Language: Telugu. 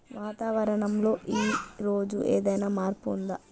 వాతావరణం లో ఈ రోజు ఏదైనా మార్పు ఉందా?